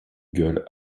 gueules